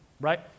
right